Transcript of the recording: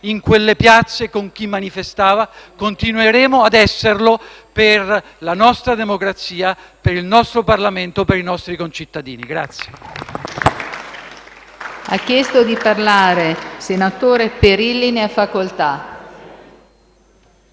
in quelle piazze con chi manifestava e continueremo ad esserlo per la nostra democrazia, il nostro Parlamento e i nostri concittadini.